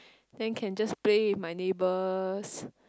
then can just play with my neighbours